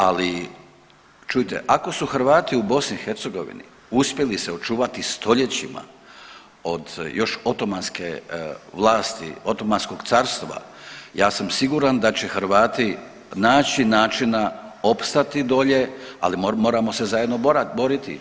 Ali čujte, ako su Hrvati u BiH uspjeli se očuvati stoljećima od još otomanske vlasti, Otomanskog Carstva ja sam siguran da će Hrvati naći načina opstati dolje, ali moramo se zajedno boriti.